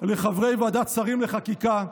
לחברי ועדת השרים לחקיקה,